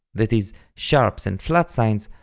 that is, sharp and flat signs,